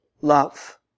love